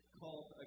called